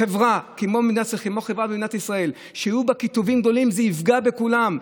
קיטובים גדולים בחברה במדינת ישראל יפגעו בכולם.